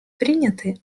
приняты